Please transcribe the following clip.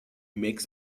makes